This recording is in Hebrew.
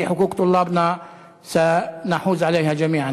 בסופו של דבר נשיג את זכויות התלמידים שלנו.